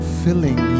filling